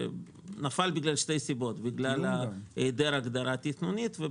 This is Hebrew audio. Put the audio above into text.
שנפל בגלל שתי סיבות: בגלל היעדר הגדרה תכנונית.